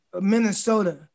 Minnesota